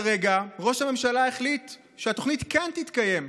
כרגע ראש הממשלה החליט שהתוכנית כן תתקיים,